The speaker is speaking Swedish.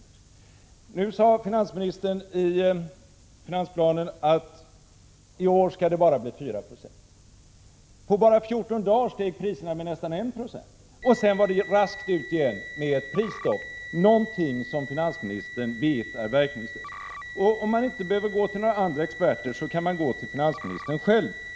I finansplanen sade finansministern att inflationen i år skall bli bara 4 90. På 14 dagar steg priserna med nästan 1 26, och sedan var regeringen raskt ute igen med prisstopp, någonting som finansministern vet är verkningslöst. Man behöver inte gå till andra experter, utan man kan gå till finansministern själv.